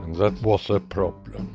that was a problem.